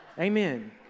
Amen